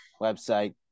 Website